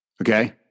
okay